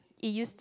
it used